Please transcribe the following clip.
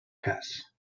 cas